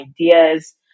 ideas